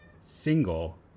single